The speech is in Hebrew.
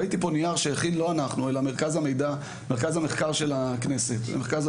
ראיתי פה נייר שהכין מרכז